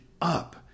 up